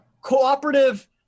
cooperative